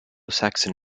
saxon